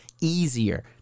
easier